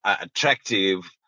attractive